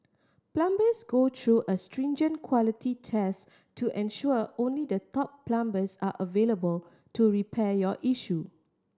plumbers go through a stringent quality test to ensure only the top plumbers are available to repair your issue